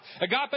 Agape